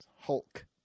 hulk